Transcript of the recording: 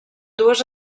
dues